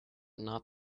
not